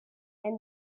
and